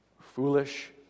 foolish